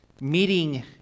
meeting